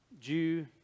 Jew